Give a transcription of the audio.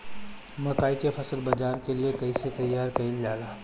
मकई के फसल बाजार के लिए कइसे तैयार कईले जाए?